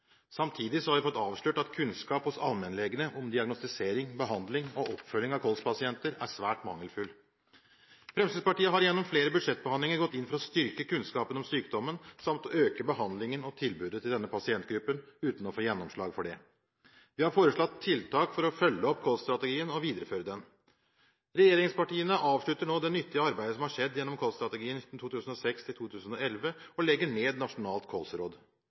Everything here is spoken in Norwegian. Samtidig har vi fått avslørt at kunnskapen hos allmennlegene om diagnostisering, behandling og oppfølging av kolspasienter er svært mangelfull. Fremskrittspartiet har gjennom flere budsjettbehandlinger gått inn for å styrke kunnskapen om sykdommen samt å øke behandlingen og tilbudet til denne pasientgruppen – uten å få gjennomslag for det. Vi har foreslått tiltak for å følge opp og videreføre kolsstrategien. Regjeringspartiene avslutter nå det nyttige arbeidet som har skjedd gjennom kolsstrategien 2006–2011, og legger ned Nasjonalt